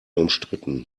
umstritten